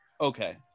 Okay